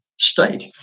state